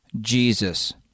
Jesus